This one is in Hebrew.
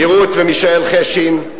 מרות ומישאל חשין,